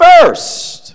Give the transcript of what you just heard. first